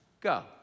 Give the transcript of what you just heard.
go